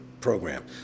program